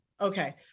okay